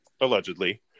Allegedly